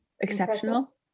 exceptional